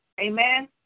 Amen